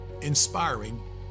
inspiring